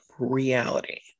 reality